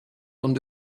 und